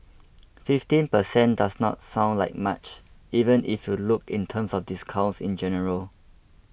fifteen per cent does not sound like much even if you look in terms of discounts in general